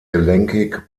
gelenkig